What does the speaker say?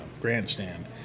grandstand